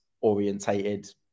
orientated